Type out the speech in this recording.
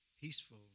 peaceful